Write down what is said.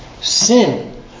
Sin